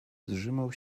zżymał